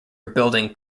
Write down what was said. rebuilding